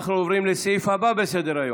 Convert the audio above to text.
אנחנו עוברים לסעיף הבא בסדר-היום,